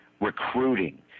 recruiting